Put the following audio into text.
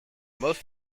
most